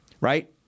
Right